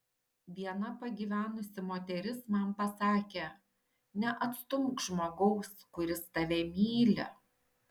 viena pagyvenusi moteris man pasakė neatstumk žmogaus kuris tave myli